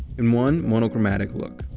and one monochromatic look.